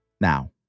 now